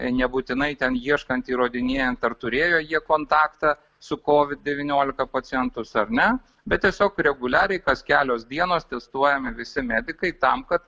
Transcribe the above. nebūtinai ten ieškant įrodinėjant ar turėjo jie kontaktą su covid devyniolika pacientus ar ne bet tiesiog reguliariai kas kelios dienos testuojami visi medikai tam kad